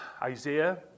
Isaiah